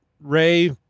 Ray